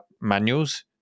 manuals